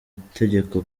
itegeko